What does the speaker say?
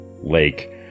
lake